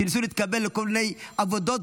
שניסו להתקבל לכל מיני עבודות,